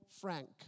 Frank